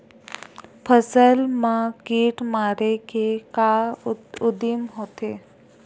फसल मा कीट मारे के का उदिम होथे?